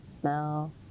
smell